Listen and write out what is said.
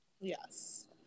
Yes